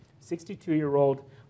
62-year-old